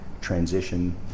transition